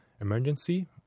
emergency